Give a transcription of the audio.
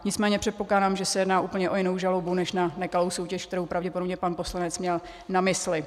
Nicméně předpokládám, že se jedná o úplně jinou žalobu než na nekalou soutěž, kterou pravděpodobně pan poslanec měl na mysli.